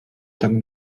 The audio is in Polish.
tak